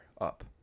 Up